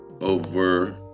over